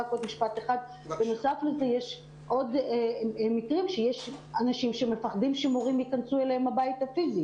יש עוד מקרים של אנשים שמפחדים שמורים ייכנסו אליהם הביתה פיזית